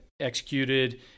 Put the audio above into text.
executed